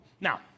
Now